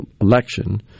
election